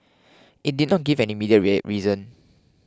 it did not give any immediate rare reason